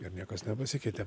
ir niekas nepasikeitė